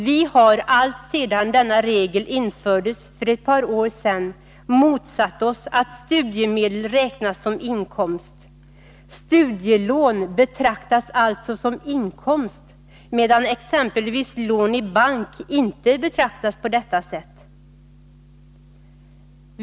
Vi har alltsedan denna regel infördes för ett par år sedan motsatt oss att studiemedel räknas som inkomst. Studielån betraktas alltså som inkomst, medan exempelvis lån i bank inte betraktas på detta sätt.